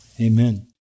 Amen